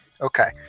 Okay